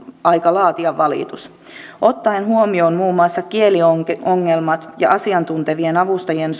aika laatia valitus ottaen huomioon muun muassa kieliongelmat ja asiantuntevien avustajien